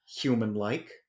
human-like